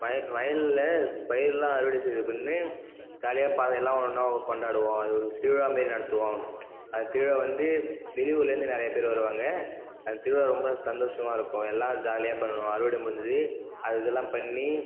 வய வயலில் பயிருலாம் அறுவடை செய்த பின்னே ஜாலியாக பாத் எல்லாம் ஒன்றா கொண்டாடுவோம் அது ஒரு திருவிழா மாதிரி நடத்துவோம் அந்த திருவிழா வந்து வெளியூருலேந்து நிறய பேர் வருவாங்க அந்த திருவிழா ரொம்ப சந்தோஷமாக இருக்கும் எல்லா ஜாலியாக பண்ணுவோம் அறுவடை முடிஞ்சு அதில் இதுலாம் பண்ணி